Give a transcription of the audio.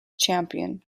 champion